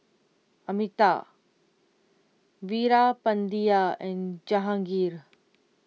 Amitabh Veerapandiya and Jahangir